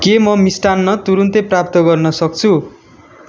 के म मिष्टान्न तुरुन्तै प्राप्त गर्न सक्छु